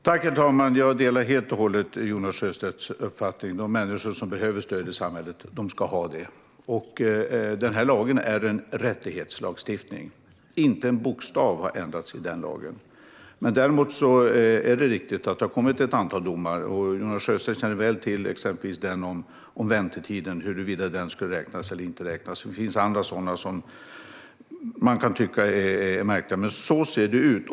Herr talman! Jag delar helt och hållet Jonas Sjöstedts uppfattning: De människor som behöver stöd i samhället ska ha det. Lagen är en rättighetslagstiftning. Inte en bokstav har ändrats i lagen. Däremot är det riktigt att det har kommit ett antal domar. Jonas Sjöstedt känner väl till exempelvis domen om väntetiden och huruvida den skulle räknas eller inte. Det finns andra sådana domar som man kan tycka är märkliga. Men så ser det ut.